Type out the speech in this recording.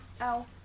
ow